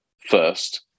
first